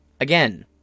Again